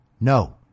No